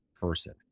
person